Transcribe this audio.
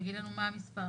תגיד לנו מה מספרו.